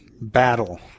battle